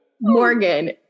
Morgan